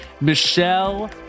Michelle